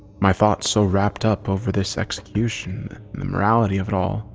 my thoughts so wrapped up over this execution and the morality of it all.